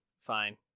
fine